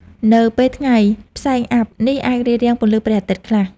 នៅពេលថ្ងៃ ផ្សែងអ័ព្ទនេះអាចរារាំងពន្លឺព្រះអាទិត្យខ្លះ។